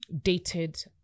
dated